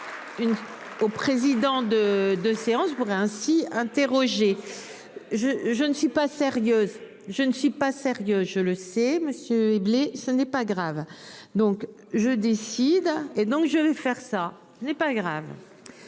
Au président de de séance pourrait ainsi interrogé. Je, je ne suis pas sérieuse, je ne suis pas sérieux je le sais. Monsieur, ce n'est pas grave. Donc je décide et donc je vais faire ça n'est pas grave.